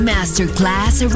Masterclass